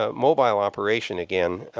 ah mobile operation again.